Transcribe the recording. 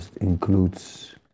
includes